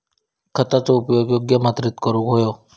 खतांचो उपयोग योग्य मात्रेत करूक व्हयो